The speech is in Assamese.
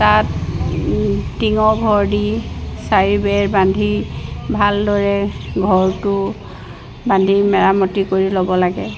তাত টিঙৰ ঘৰ দি চাৰি বেৰ বান্ধি ভালদৰে ঘৰটো বান্ধি মেৰামতি কৰি ল'ব লাগে